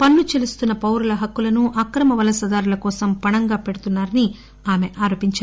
పన్ను చెల్లిస్తున్న పౌరుల హక్కులను అక్రమ వలసదారుల కోసం పణంగా పెడుతున్నా రని అరోపించారు